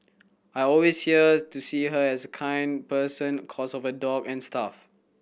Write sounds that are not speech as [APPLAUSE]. I always [UNINTELLIGIBLE] to see her as a kind person cos of her dog n stuff